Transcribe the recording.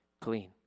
clean